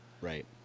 right